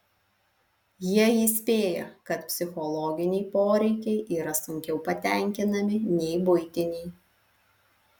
jie įspėja kad psichologiniai poreikiai yra sunkiau patenkinami nei buitiniai